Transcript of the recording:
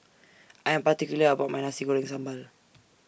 I Am particular about My Nasi Goreng Sambal